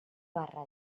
barra